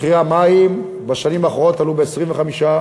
מחירי המים בשנים האחרונות עלו ב-25%,